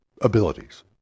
abilities